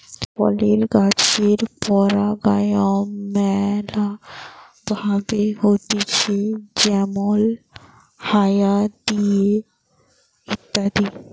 ফলের গাছের পরাগায়ন ম্যালা ভাবে হতিছে যেমল হায়া দিয়ে ইত্যাদি